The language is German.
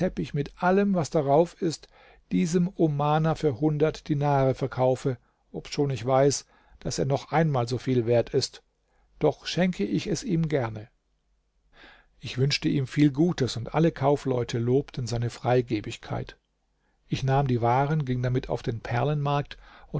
mit allem was darauf ist diesem omaner für hundert dinare verkaufe obschon ich weiß daß er noch einmal so viel wert ist doch schenke ich es ihm gerne ich wünschte ihm viel gutes und alle kaufleute lobten seine freigebigkeit ich nahm die waren ging damit auf den